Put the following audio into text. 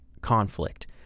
conflict